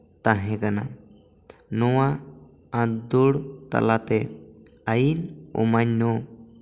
ᱛᱟᱦᱮᱸ ᱠᱟᱱᱟ ᱱᱚᱣᱟ ᱟᱸᱫᱳᱲ ᱛᱟᱞᱟᱛᱮ ᱟᱭᱤᱱ ᱚᱢᱟᱱᱱᱚ